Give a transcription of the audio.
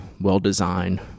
well-designed